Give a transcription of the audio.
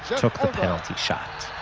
took the penalty shot.